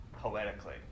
poetically